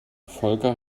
volker